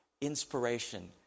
Inspiration